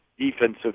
defensive